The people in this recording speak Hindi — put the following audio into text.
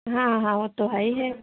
हाँ हाँ ओ तो हई है